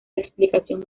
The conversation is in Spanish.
explicación